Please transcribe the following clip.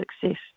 success